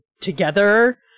together